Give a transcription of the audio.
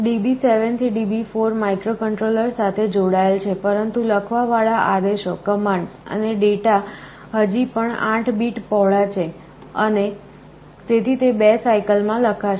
DB7 થી DB4 microcontroller સાથે જોડાયેલ છે પરંતુ લખવાવાળા આદેશો અને ડેટા હજી પણ 8 બીટ પહોળા છે અને તેથી તે 2 સાઇકલ માં લખાશે